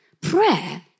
Prayer